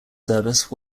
service